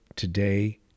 today